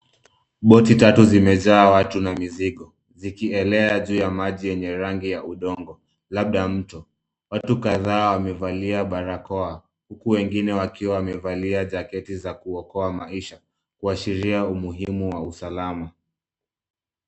Boti tatu zimejaa watu na mizigo zikielea jua ya maji enye rangi ya udongo labda mtu. Watu kadhaa wamevalia barakoa, huku wengine wakiwa wamevalia jaketi za kuokoa maisha kuashiria umuhimu wa maisha